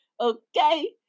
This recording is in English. Okay